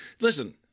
Listen